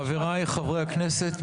חבריי חברי הכנסת,